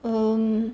um